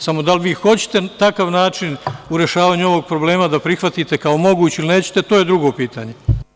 Samo, da li vi hoćete takav način u rešavanju ovog problema da prihvatite kao moguć ili nećete, to je drugo pitanje.